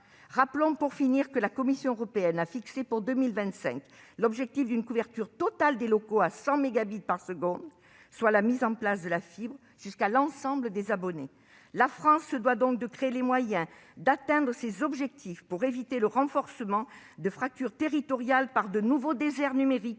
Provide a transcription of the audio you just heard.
Rappelons pour finir que la Commission européenne a fixé pour 2025 l'objectif d'une couverture totale des locaux à 100 mégabits par seconde, soit la mise en place de la fibre jusqu'à l'ensemble des abonnés. La France se doit donc de créer les moyens d'atteindre ces objectifs afin d'éviter d'aggraver des fractures territoriales en créant de nouveaux déserts numériques,